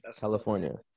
California